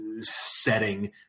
setting